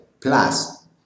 plus